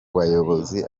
bayobozi